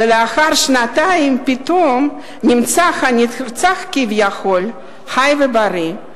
ולאחר שנתיים נמצא פתאום הנרצח כביכול חי ובריא.